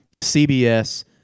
CBS